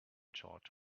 charge